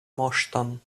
moŝton